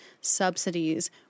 subsidies